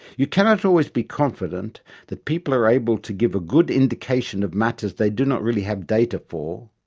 you cannot always be confident that people are able to give a good indication of matters they do not really have data for,